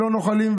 ולא נוחלין,